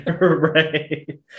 Right